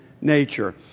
nature